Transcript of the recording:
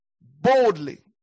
boldly